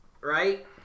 right